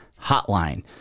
Hotline